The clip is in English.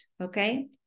Okay